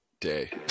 day